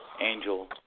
Angel